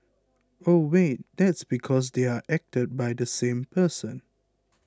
oh wait that's because they're acted by the same person